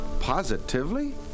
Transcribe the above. positively